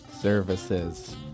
services